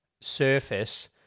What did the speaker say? surface